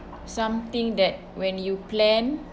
something that when you plan